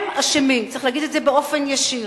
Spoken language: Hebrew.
הם אשמים, צריך להגיד את זה באופן ישיר.